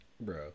Bro